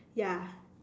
ya